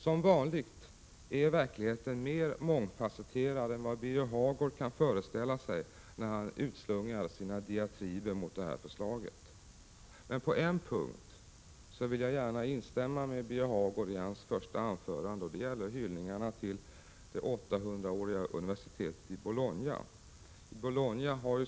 Som vanligt är verkligheten mer mångfasetterad än vad Birger Hagård kan föreställa sig när han utslungar sina diatriber mot utskottets förslag. På en punkt vill jag gärna instämma i vad Birger Hagård sade i sitt första anförande. Det gäller hyllningarna till det 800-åriga universitetet i Bologna.